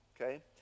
okay